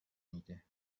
میده